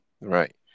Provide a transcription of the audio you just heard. Right